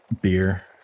beer